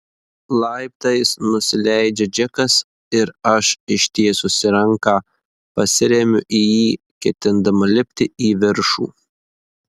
laiptais nusileidžia džekas ir aš ištiesusi ranką pasiremiu į jį ketindama lipti į viršų